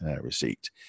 receipt